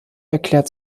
erklärt